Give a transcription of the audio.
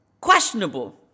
questionable